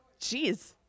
jeez